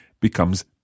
becomes